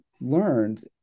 learned